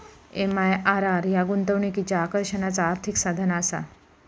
MIRR ह्या गुंतवणुकीच्या आकर्षणाचा आर्थिक साधनआसा